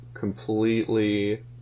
completely